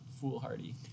foolhardy